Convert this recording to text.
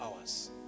hours